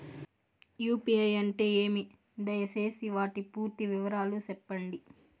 UPI అంటే ఏమి? దయసేసి వాటి పూర్తి వివరాలు సెప్పండి?